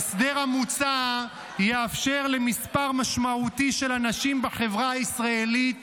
ההסדר המוצע יאפשר למספר משמעותי של אנשים בחברה הישראלית